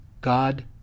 God